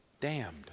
damned